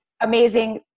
amazing